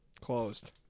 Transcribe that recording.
Closed